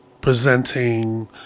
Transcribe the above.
presenting